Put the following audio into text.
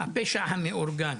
הפשע המאורגן.